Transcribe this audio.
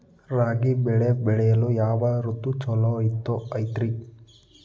ರಾಗಿ ಬೆಳೆ ಬೆಳೆಯಲು ಯಾವ ಋತು ಛಲೋ ಐತ್ರಿ?